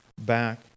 back